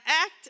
act